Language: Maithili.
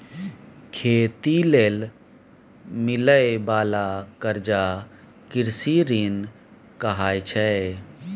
खेती लेल मिलइ बाला कर्जा कृषि ऋण कहाइ छै